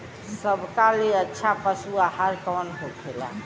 सबका ले अच्छा पशु आहार कवन होखेला?